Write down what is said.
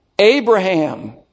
Abraham